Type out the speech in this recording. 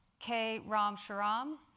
k. ram shriram,